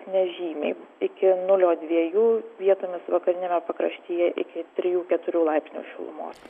nežymiai iki nulio dviejų vietomis vakariniame pakraštyje iki trijų keturių laipsnių šilumos